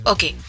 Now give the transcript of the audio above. Okay